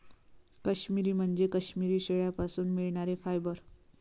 काश्मिरी म्हणजे काश्मिरी शेळ्यांपासून मिळणारे फायबर